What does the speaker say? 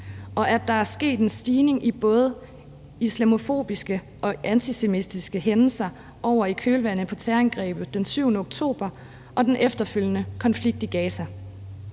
og at der er sket en stigning i både islamofobiske og antisemitiske hændelser i kølvandet på terrorangrebet den 7. oktober og den efterfølgende konflikt i Gaza.